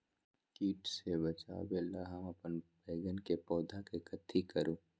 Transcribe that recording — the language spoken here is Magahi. किट से बचावला हम अपन बैंगन के पौधा के कथी करू?